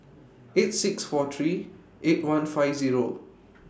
eight six four three eight one five Zero